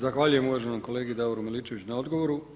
Zahvaljujem uvaženom kolegi Davoru Miličeviću na odgovoru.